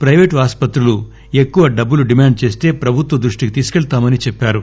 ప్లిపేటు ఆస్పత్రులు ఎక్కువ డబ్బులు డిమాండ్ చేస్తే ప్రభుత్వ దృష్టికి తీసుకెళ్తామని చెప్పారు